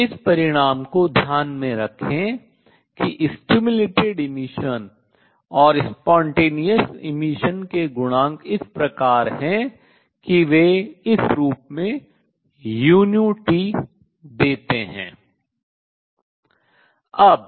तो इस परिणाम को ध्यान में रखें कि उद्दीपित उत्सर्जन और स्वतः उत्सर्जन के गुणांक इस प्रकार हैं कि वे इस रूप में uT देते हैं